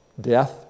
Death